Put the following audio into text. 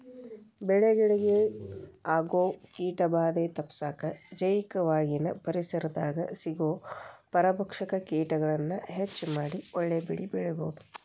ಬೆಳೆಗಳಿಗೆ ಆಗೋ ಕೇಟಭಾದೆ ತಪ್ಪಸಾಕ ಜೈವಿಕವಾಗಿನ ಪರಿಸರದಾಗ ಸಿಗೋ ಪರಭಕ್ಷಕ ಕೇಟಗಳನ್ನ ಹೆಚ್ಚ ಮಾಡಿ ಒಳ್ಳೆ ಬೆಳೆಬೆಳಿಬೊದು